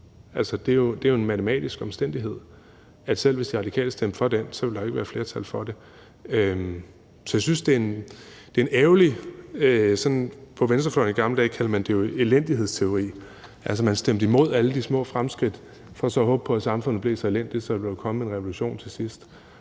Det er jo en matematisk omstændighed, at selv hvis De Radikale stemte for den, ville der ikke være flertal for det. Så jeg synes, det er ærgerligt, og på venstrefløjen i gamle dage kaldte man det jo elendighedsteori. Altså, man stemte imod alle de små fremskridt for så at håbe på, at samfundet blev så elendigt, at der ville komme en revolution til sidst.